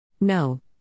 No